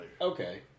Okay